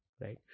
right